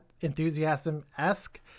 enthusiasm-esque